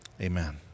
Amen